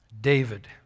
David